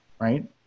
right